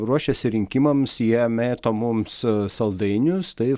ruošiasi rinkimams jie mėto mums saldainius tai